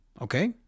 Okay